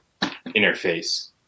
interface